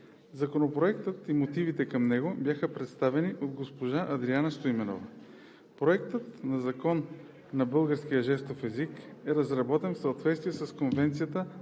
Законопроектът и мотивите към него бяха представени от госпожа Адриана Стоименова. Законопроектът на Закона за българския жестов език е разработен в съответствие с Конвенцията